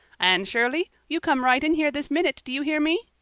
anne shirley, you come right in here this minute, do you hear me!